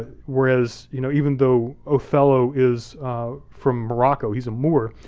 ah whereas you know even though othello is from morocco, he's a moor,